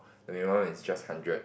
the minimum is just hundred